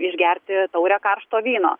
išgerti taurę karšto vyno